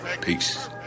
Peace